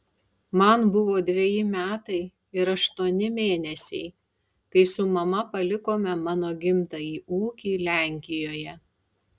man buvo dveji metai ir aštuoni mėnesiai kai su mama palikome mano gimtąjį ūkį lenkijoje